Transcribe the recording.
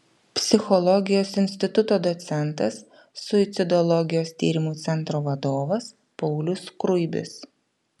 psichologijos instituto docentas suicidologijos tyrimų centro vadovas paulius skruibis